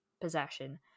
possession